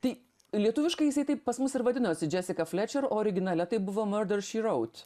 tai lietuviškai jisai taip pas mus ir vadinosi džesika flečer originale tai buvo murder ši rout